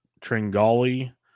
Tringali